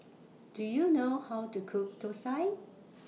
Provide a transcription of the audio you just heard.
Do YOU know How to Cook Thosai